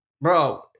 bro